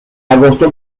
agosto